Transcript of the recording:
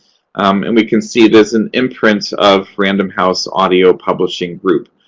and we can see it is an imprint of random house audio publishing group.